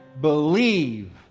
believe